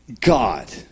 God